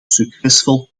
succesvol